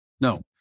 No